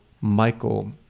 Michael